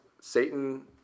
Satan